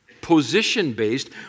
position-based